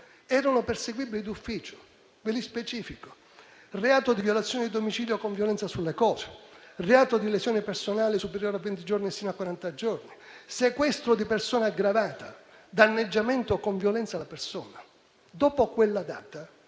erano perseguibili d'ufficio e ve li specifico: reato di violazione di domicilio con violenza sulle cose; reato di lesioni personali con prognosi superiore a venti giorni e sino a quaranta giorni; sequestro di persona aggravata; danneggiamento con violenza della persona. Dopo quella data,